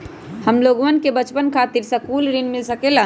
हमलोगन के बचवन खातीर सकलू ऋण मिल सकेला?